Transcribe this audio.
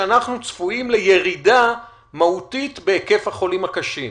שאנחנו צפויים לירידה מהותית בהיקף החולים הקשים.